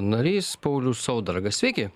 narys paulius saudargas sveiki